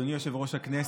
אדוני יושב-ראש הכנסת,